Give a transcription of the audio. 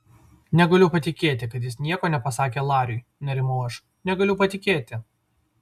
negaliu patikėti kad jis nieko nepasakė lariui nerimau aš negaliu patikėti